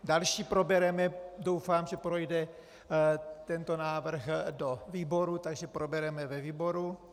Další probereme doufám, že projde tento návrh do výborů, takže probereme ve výboru.